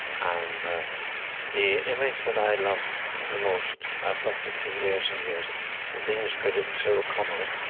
and um the image that i love the most i've loved it for years and years is english critic, cyril connolly,